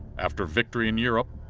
after victory in europe,